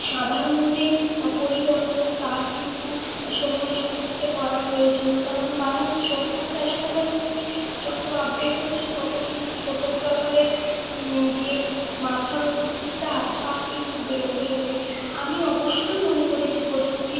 সাধারণ যে পরিবর্তন তা কিন্তু সময়ের সাথে সাথে করা প্রয়োজন কারণ মানুষ যত ফ্যাশানেবল হচ্ছে যত আপডেট হচ্ছে তত কিন্তু ফোটোগ্রাফারের যে মাথার ওপর যে চাপ তা কিন্তু বেড়ে চলেছে আমি অবশ্যই মনে করি যে প্রযুক্তির